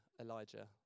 Elijah